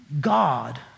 God